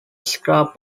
scrap